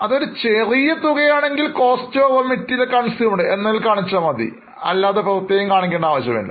ഇതൊരു ചെറിയ തുകയാണെങ്കിൽ cost of rawmaterial consumed കാണിക്കും അല്ലാതെ പ്രത്യേകം കാണിക്കേണ്ടതില്ല